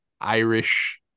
irish